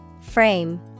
Frame